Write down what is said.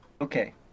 okay